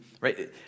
right